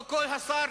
לא קול השר